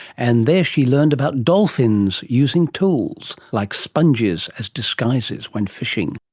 and there she learned about dolphins using tools like sponges as disguises when fishing